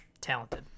talented